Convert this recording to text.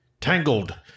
Tangled